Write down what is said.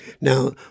now